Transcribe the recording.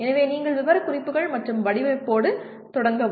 எனவே நீங்கள் விவரக்குறிப்புகள் மற்றும் வடிவமைப்போடு தொடங்கவும்